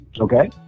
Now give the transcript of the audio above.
okay